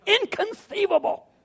inconceivable